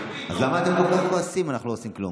אז למה אתם כל כך כועסים, אם אנחנו לא עושים כלום?